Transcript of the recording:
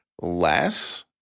less